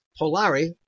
Polari